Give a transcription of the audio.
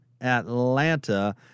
Atlanta